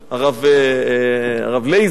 הרב לייזי,